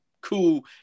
cool